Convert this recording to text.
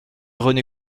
rené